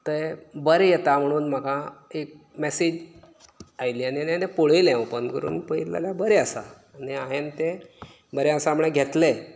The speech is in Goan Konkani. ते बरें येता म्हणून म्हाका एक मॅसेज आयली आनी आनी तें पळयलें ओपन करून पळयलें जाल्यार बरें आसा आनी हांवेन तें बरें आसा म्हण घेतले